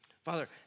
Father